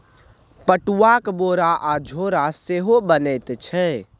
पटुआक बोरा आ झोरा सेहो बनैत छै